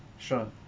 sure